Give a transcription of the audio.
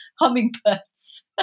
hummingbirds